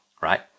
right